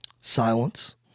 Silence